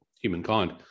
humankind